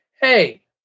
hey